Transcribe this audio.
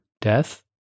death